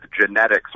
genetics